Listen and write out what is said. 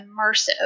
immersive